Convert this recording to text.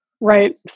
Right